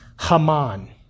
Haman